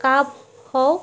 cup হওক